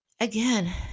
again